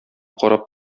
карап